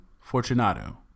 Fortunato